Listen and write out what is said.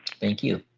thank you.